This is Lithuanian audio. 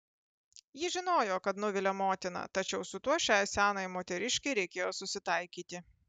ji žinojo kad nuvilia motiną tačiau su tuo šiai senai moteriškei reikėjo susitaikyti